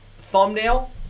thumbnail